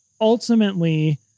ultimately